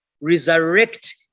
resurrect